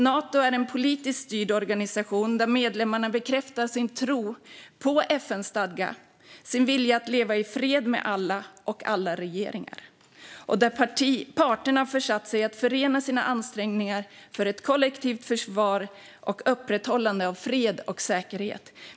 Nato är en politiskt styrd organisation där medlemmarna bekräftar sin tro på FN:s stadga och sin vilja att leva i fred med alla och med alla regeringar och där parterna har föresatt sig att förena sina ansträngningar för ett kollektivt försvar och upprätthållande av fred och säkerhet.